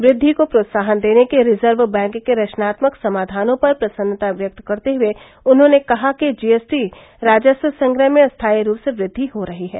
वद्वि को प्रोत्साहन देने के रिजर्व बैंक के रचनात्मक समाधानों पर प्रसन्नता व्यक्त करते हुए उन्होंने कहा कि जीएसटी राजस्व संग्रह में स्थाई रूप से वृद्धि हो रही है